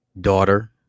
daughter